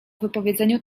wypowiedzeniu